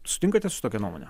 sutinkate su tokia nuomone